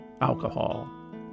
Alcohol